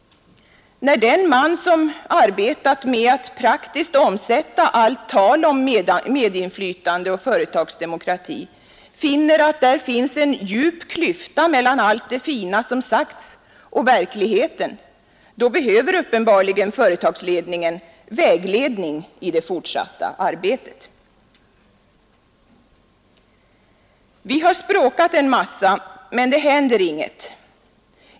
När den man som har arbetat med att praktiskt omsätta allt tal om medinflytande och företagsdemokrati finner att det är en djup klyfta mellan allt det fina som har sagts och verkligheten, då behöver uppenbarligen företagsledningen vägledning i det fortsatta arbetet. ”Vi har språkat en massa, men det händer ingenting.